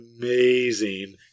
amazing